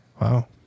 Wow